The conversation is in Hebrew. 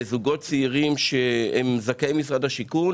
לזוגות צעירים שהם זכאי משרד השיכון,